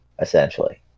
essentially